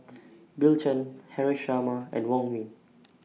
Bill Chen Haresh Sharma and Wong Ming